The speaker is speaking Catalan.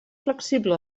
flexible